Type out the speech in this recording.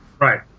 Right